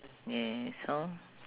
yes hor